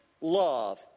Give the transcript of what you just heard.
love